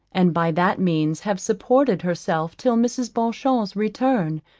and by that means have supported herself till mrs. beauchamp's return,